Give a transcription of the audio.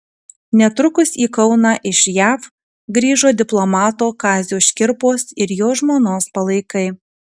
netrukus į kauną iš jav grįžo diplomato kazio škirpos ir jo žmonos palaikai